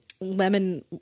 lemon